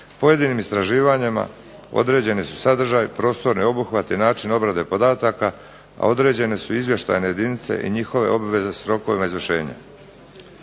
Pojedinim istraživanjima određeni su sadržaj, prostor i obuhvat i način obrade podataka, a određene su izvještajne jedinice i njihove obveze s rokovima izvršenja.